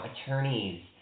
attorneys